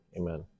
amen